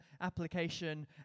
application